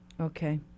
okay